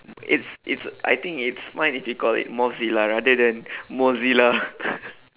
it's it's I think it's fine if you call it mothzilla rather than mozilla